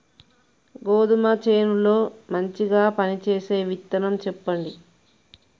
గోధుమ చేను లో మంచిగా పనిచేసే విత్తనం చెప్పండి?